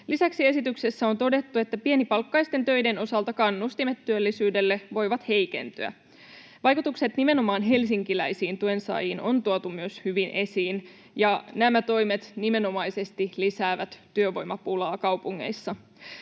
Lisäksi esityksessä on todettu, että pienipalkkaisten töiden osalta kannustimet työllisyydelle voivat heikentyä. Vaikutukset nimenomaan helsinkiläisiin tuensaajiin on tuotu myös hyvin esiin, ja nämä toimet nimenomaisesti lisäävät työvoimapulaa kaupungeissa.